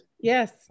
yes